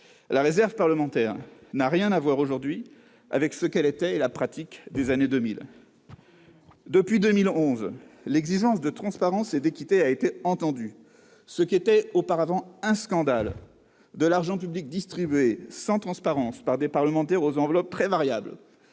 La réserve parlementaire n'a rien à voir aujourd'hui avec ce qu'elle était au cours des années 2000 et avec la pratique de cette époque. Absolument ! Depuis 2011, l'exigence de transparence et d'équité a été entendue. Ce qui était auparavant un scandale- de l'argent public distribué sans transparence par des parlementaires aux enveloppes très variables